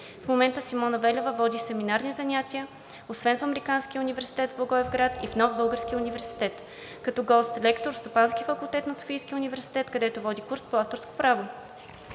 В момента Симона Велева води семинарни занятия освен в Американския университет в Благоевград и в Нов български университет, и като гост-лектор в Стопанския факултет на Софийския университет, където води курс по авторско право.